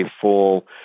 full